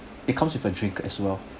it comes with a drink as well